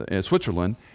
Switzerland